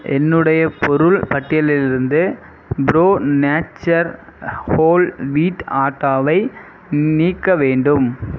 என்னுடைய பொருள் பட்டியலிலிருந்து ப்ரோ நேச்சர் ஹோல் வீட் ஆட்டாவை நீக்க வேண்டும்